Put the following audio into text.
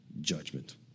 judgment